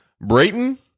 Brayton